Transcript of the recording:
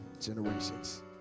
generations